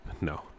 No